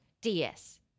DS